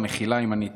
מחילה אם אני טועה.